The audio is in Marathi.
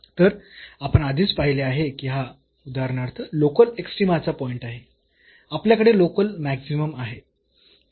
तर आपण आधीच पाहिले आहे की हा उदाहरणार्थ लोकल एक्स्ट्रीमाचा पॉईंट आहे आपल्याकडे लोकल मॅक्सिमम आहे